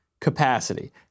capacity